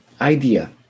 idea